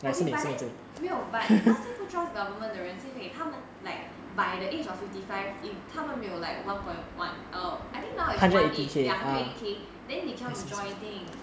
okay but then 没有 but 那些不 trust government 的人是因为他们:deren shi yin wei ta men like by the age of fifty five if 他们没有 like one point like err I think now is one eight ya hundred and eighty K then you come and join thing